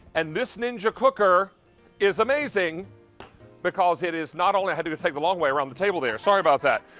and this ninja cooker is amazing because it is not only i had to to take the long way around the table. sorry ah sorry about that.